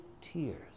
tears